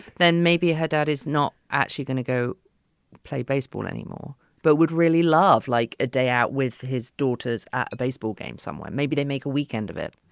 then maybe her dad is not actually gonna go play baseball anymore, but would really love like a day out with his daughter's ah baseball game somewhat. maybe they make a weekend of it.